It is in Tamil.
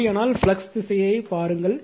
அப்படியானால் ஃப்ளக்ஸ் திசையைப் பாருங்கள்